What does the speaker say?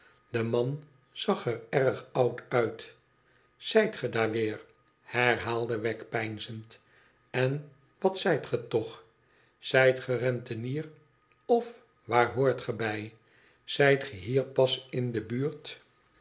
de man zag er erg oud uit zijt ge daar weer herhaalde wegg peinzend n wat zijt ge toch zijt ge rentenier of waar hoort ge bij tzijt ge hier pas in de buurt